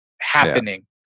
happening